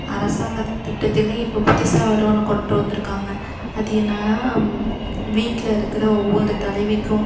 அரசாங்கத் திட்டத்திலும் இப்போ புதுசாக வேறு ஒன்று கொண்டு வந்திருக்காங்க அது என்னென்னால் வீட்டில் இருக்கிற ஒவ்வொரு தலைவிக்கும்